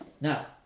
Now